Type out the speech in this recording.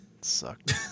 sucked